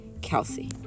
Kelsey